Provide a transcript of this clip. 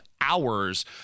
hours